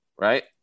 right